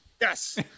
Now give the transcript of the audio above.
Yes